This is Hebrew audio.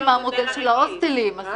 אנחנו גם לא מרוצים מהמודל של ההוסטלים.